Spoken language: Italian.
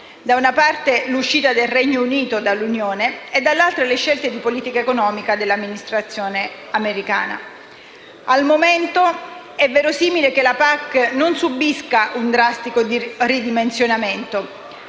da una parte l'uscita del Regno Unito dall'Unione; dall'altra, le scelte di politica economica dell'amministrazione americana. Al momento, è verosimile che la PAC non subisca un drastico ridimensionamento,